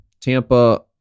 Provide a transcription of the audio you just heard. Tampa